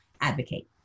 advocate